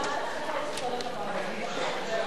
ההסתייגות השנייה של חבר הכנסת